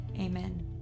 Amen